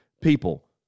people